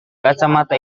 kacamata